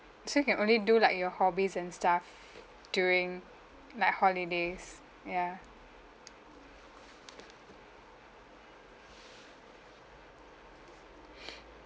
so you can only do like your hobbies and stuff during like holidays ya